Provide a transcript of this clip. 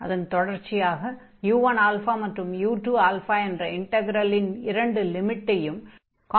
அதன் தொடர்ச்சியாக u1α மற்றும் u2α என்ற இன்டக்ரலின் இரண்டு லிமிட்டையும் கான்ஸ்டன்ட்களாக எடுத்துக் கொள்வோம்